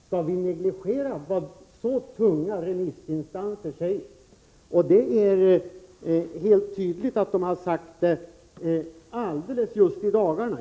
Skall vi negligera vad så tunga remissinstanser säger? De har sagt detta alldeles i dagarna.